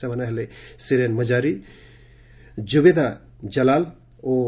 ସେମାନେ ହେଲେ ଶିରେନ୍ ମଜାରୀ ଯୁବେଦା ଜଲାଲ ଓ